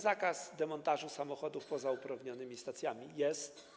Zakaz demontażu samochodów poza uprawnionymi stacjami jest.